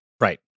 Right